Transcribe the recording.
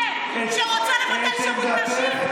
חוק שירות ביטחון (תיקון,